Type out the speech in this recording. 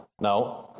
No